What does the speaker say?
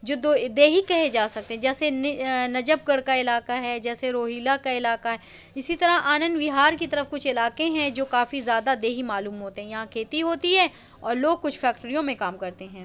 جو دو دیہی کہے جا سکتے ہیں جیسے نجف گڑھ کا علاقہ ہے جیسے روہیلا کا علاقہ ہے اِسی طرح آنند وِہار کی طرف کچھ علاقے ہیں جو کافی زیادہ دیہی معلوم ہوتے ہیں یہاں کھیتی ہوتی ہے اور لوگ کچھ فیکٹریوں میں کام کرتے ہیں